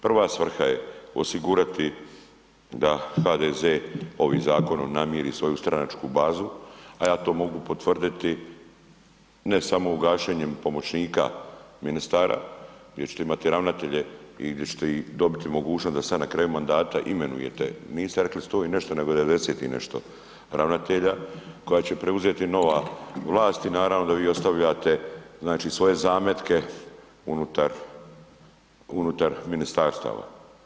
Prva svrha je osigurati da HDZ ovim zakonom namiri svoju stranačku bazu, a ja to mogu potvrditi ne samo ugašenjem pomoćnika ministara već tu imate i ravnatelje i gdje ćete i dobiti mogućnost da sada na kraju mandata imenujete, niste rekli 100 i nešto nego 90 i nešto ravnatelja koja će preuzeti nova vlast i naravno da vi ostavljate znači svoje zametke unutar, unutar ministarstava.